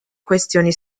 questioni